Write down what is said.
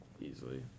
Easily